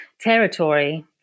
territory